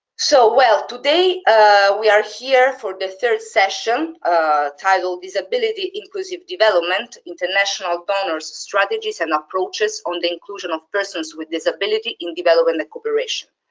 so well, today we are here for the third session ah titled disability-inclusive development, international donors strategies and approaches on the inclusion of persons with disabilities in development cooperation.